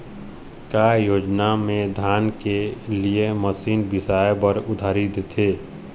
का योजना मे धान के लिए मशीन बिसाए बर उधारी देथे?